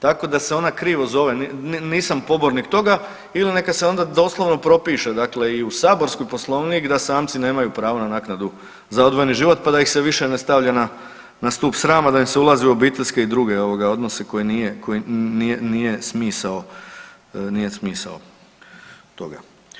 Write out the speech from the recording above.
Tako da se ona krivo zove, nisam pobornik toga ili neka se onda doslovno propiše dakle i u saborski poslovnik da samci nemaju pravo na naknadu za odvojeni život, pa da ih se više ne stavlja na, na stup srama, da im se ulazi u obiteljske i druge ovoga odnose koje nije, koje nije smisao, nije smisao toga.